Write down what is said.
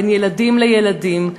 בין ילדים לילדים.